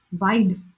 wide